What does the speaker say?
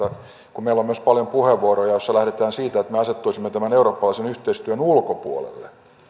kun meillä on myös paljon puheenvuoroja joissa lähdetään siitä että me asettuisimme eurooppalaisen yhteistyön ulkopuolelle